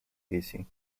easy